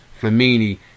Flamini